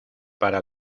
para